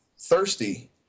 thirsty